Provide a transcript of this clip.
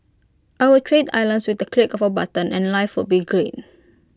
I would trade islands with the click of A button and life would be great